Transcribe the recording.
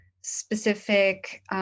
specific